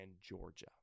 Georgia